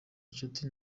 inshuti